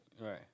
Right